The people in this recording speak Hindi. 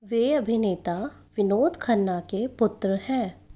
वे अभिनेता विनोद खन्ना के पुत्र हैं